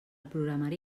programari